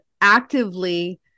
actively